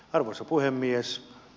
arvoisa puhemies